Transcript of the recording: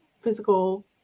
physical